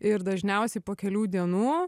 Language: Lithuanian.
ir dažniausiai po kelių dienų